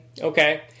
Okay